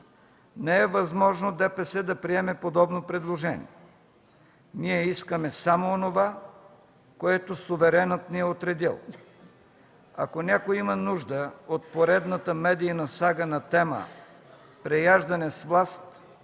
Не е възможно ДПС да приеме подобно предложение. Ние искаме само онова, което суверенът ни е отредил. Ако някой има нужда от поредната медийна сага на тема „Преяждане с власт”